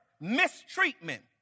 mistreatment